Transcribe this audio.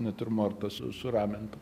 natiurmortas su su ramentu